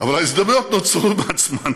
אבל ההזדמנויות נוצרו מעצמן,